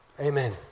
Amen